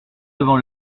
devant